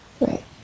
right